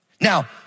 Now